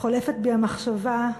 חולפת בי המחשבה,